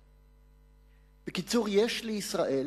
בקיצור, יש לישראל